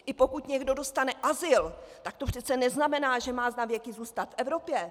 I pokud někdo dostane azyl, tak to přece neznamená, že má navěky zůstat v Evropě.